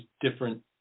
different